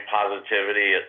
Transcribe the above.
positivity